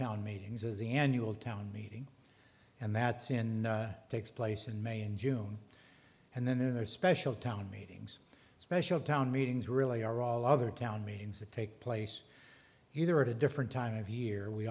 town meetings is the annual town meeting and that's in takes place in may in june and then there's special town meetings special town meetings really are all other town meetings that take place either at a different time of year we